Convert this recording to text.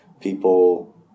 people